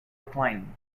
declining